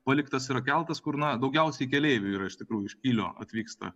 paliktas yra keltas kur na daugiausiai keleivių yra iš tikrųjų iš kylio atvyksta